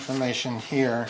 information here